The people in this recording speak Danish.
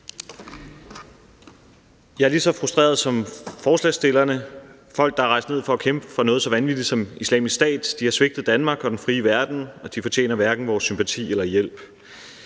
Jeg er lige så frustreret som forslagsstillerne. Folk, der er rejst ned for at kæmpe for noget så vanvittigt som Islamisk Stat, har svigtet Danmark og den frie verden, og de fortjener hverken vores sympati eller hjælp.